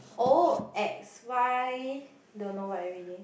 O X Y don't know what already